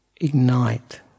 ignite